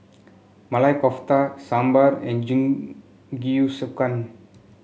Maili Kofta Sambar and Jingisukan